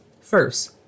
First